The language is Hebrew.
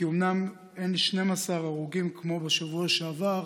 כי אומנם אין 12 הרוגים כמו בשבוע שעבר,